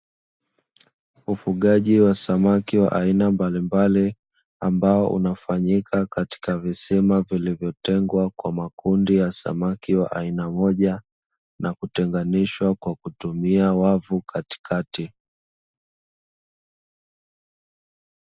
Ufugaji wa samaki aina mbalimbali ambao unafanyika katika visima vilivyotengwa kwa makundi ya samaki wa aina moja na kutenganishwa kwa kutumia wavu katikati.